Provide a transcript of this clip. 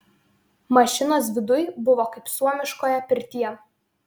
mašinos viduj buvo kaip suomiškoje pirtyje